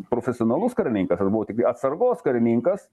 profesionalus karininkas aš buvau tiktai atsargos karininkas